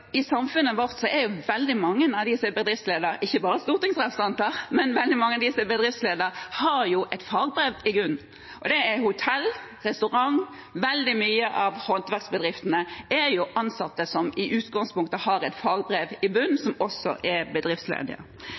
I samfunnet vårt har veldig mange av dem som er bedriftsledere – ikke bare stortingsrepresentanter, men også de som er bedriftsledere – et fagbrev i bunn. Disse er innenfor hotell- og restaurantbedrifter, og veldig mange av bedriftslederne i håndverksbedriftene er ansatte som i utgangspunktet har et fagbrev i bunn. Hvordan skal vi forsterke ordningen? Min erfaring er